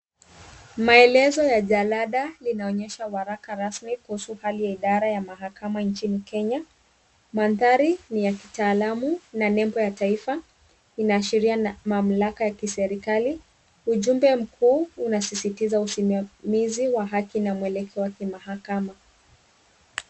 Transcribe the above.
Maelezo ya jalada inaonyesha waraka rasmi kuhusu idara ya mahakama nchini kenya. Mandhari ni ya kitaalamu na nembo ya taifa inaashiria mamlaka ya serikali. Ujumbe mkuu unasisitiza haki na mwelekeo wa mahakama.